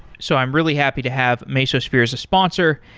so i'm really happy to have mesosphere as a sponsor,